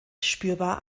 spürbar